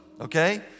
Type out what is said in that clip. okay